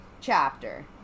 chapter